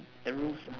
the rules